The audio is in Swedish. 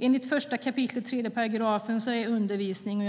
Enligt 1 kap. 3 § är undervisning